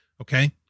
Okay